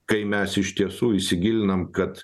kai mes iš tiesų įsigilinam kad